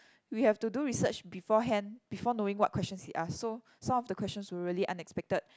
we have to do research beforehand before knowing what questions he ask so some of the questions were really unexpected